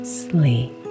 sleep